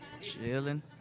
Chilling